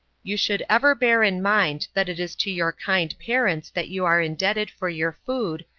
you should ever bear in mind that it is to your kind parents that you are indebted for your food,